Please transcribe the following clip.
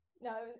No